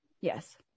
Yes